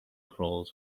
crawls